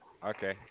Okay